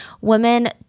Women